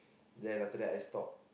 then after that I stop